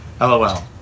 LOL